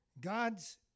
God's